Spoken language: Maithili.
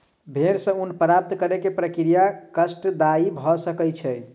भेड़ सॅ ऊन प्राप्त करै के प्रक्रिया कष्टदायी भ सकै छै